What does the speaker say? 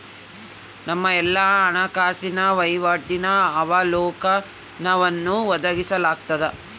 ನಮ್ಮ ಎಲ್ಲಾ ಹಣಕಾಸಿನ ವಹಿವಾಟಿನ ಅವಲೋಕನವನ್ನು ಒದಗಿಸಲಾಗ್ತದ